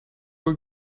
were